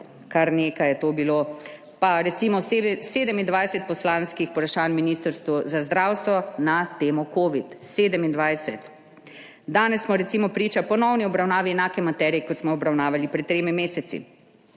kar nekaj je to bilo. Pa recimo 27 poslanskih vprašanj Ministrstvu za zdravstvo na temo Covid, 27. Danes smo, recimo, priča ponovni obravnavi enake materije, kot smo jo obravnavali pred tremi meseci.